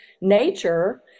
nature